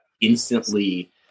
instantly